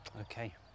Okay